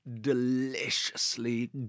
deliciously